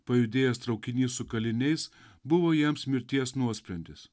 pajudėjęs traukinys su kaliniais buvo jiems mirties nuosprendis